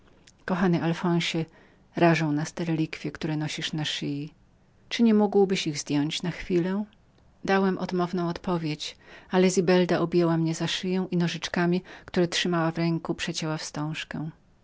kochany alfonsie te relikwije które nosisz na szyi ciągle rażą wzrok muzułmanek czy nie możesz ich zrzucić dałem odmowną odpowiedź ale zibelda objęła mnie za szyję i nożyczkami które trzymała w ręku przecięła wstążkę